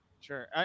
Sure